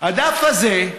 שהדף הזה,